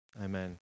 Amen